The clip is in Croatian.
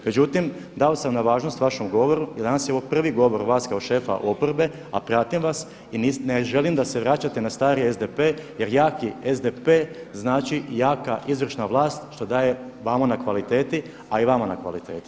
Međutim, dao sam na važnost vašem govoru jer danas je ovo prvi govor vas kao šefa oporbe, a pratim vas, i ne želim da se vraćate na stari SDP jer jaki SDP znači jaka izvršna vlast što daje vama na kvaliteti, a i vama na kvaliteti.